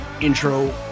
intro